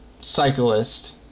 cyclist